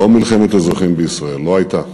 לא מלחמת אזרחים בישראל, לא הייתה.